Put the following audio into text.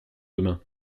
demain